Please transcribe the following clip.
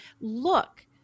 look